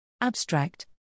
Abstract